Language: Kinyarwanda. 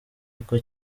uko